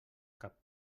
cap